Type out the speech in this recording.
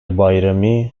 bayrami